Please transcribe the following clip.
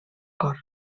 cor